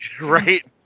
right